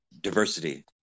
diversity